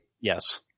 yes